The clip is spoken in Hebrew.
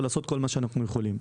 לעשות כל מה שאנחנו יכולים.